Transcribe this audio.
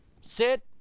sit